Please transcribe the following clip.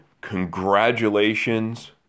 congratulations